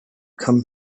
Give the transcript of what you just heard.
come